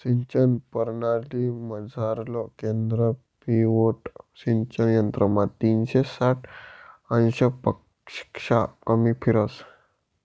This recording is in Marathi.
सिंचन परणालीमझारलं केंद्र पिव्होट सिंचन यंत्रमा तीनशे साठ अंशपक्शा कमी फिरस